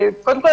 קודם כל,